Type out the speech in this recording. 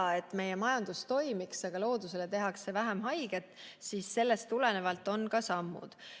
et meie majandus toimiks, aga loodusele tehakse vähem haiget, siis sellest tulenevalt on ka sammud. Nüüd,